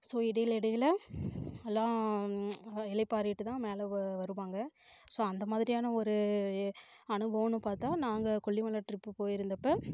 so இடையில் இடையில் எல்லாம் இளைப்பாறிகிட்டு தான் மேலே வ வருவாங்க ஸோ அந்த மாதிரியான ஒரு அனுபவம்னு பார்த்தா நாங்கள் கொல்லிமலை ட்ரிப் போயிருந்தப்போ